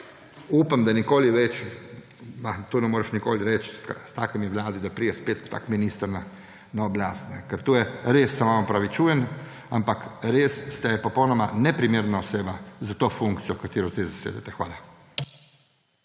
Upam, da nikoli več – tega ne moreš nikoli reči s takimi vladami – ne pride spet takšen minister na oblast. Ker to je res, se vam opravičujem, ampak res ste popolnoma neprimerna oseba za funkcijo, ki jo zdaj zasedate. Hvala.